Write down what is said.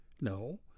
No